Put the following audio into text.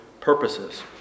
purposes